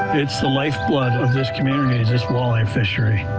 it's the lifeblood of this community, is this walleye fishery.